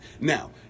now